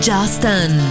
Justin